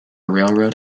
railroad